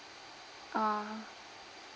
ah